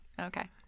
Okay